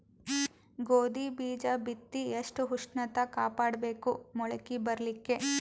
ಗೋಧಿ ಬೀಜ ಬಿತ್ತಿ ಎಷ್ಟ ಉಷ್ಣತ ಕಾಪಾಡ ಬೇಕು ಮೊಲಕಿ ಬರಲಿಕ್ಕೆ?